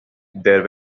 there